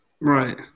Right